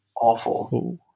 awful